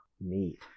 neat